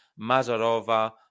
Mazarova